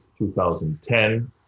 2010